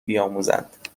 بیاموزند